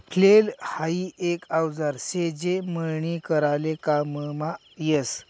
flail हाई एक औजार शे जे मळणी कराले काममा यस